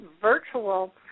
virtual